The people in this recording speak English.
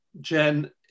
Jen